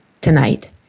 tonight